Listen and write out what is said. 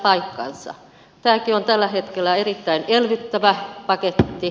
tämäkin on tällä hetkellä erittäin elvyttävä paketti